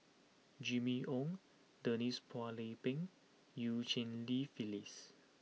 Jimmy Ong Denise Phua Lay Peng Eu Cheng Li Phyllis